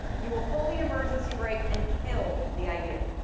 you will pull the emergency brake and kill the idea.